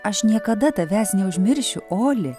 aš niekada tavęs neužmiršiu oli